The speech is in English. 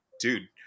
dude